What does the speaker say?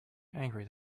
angry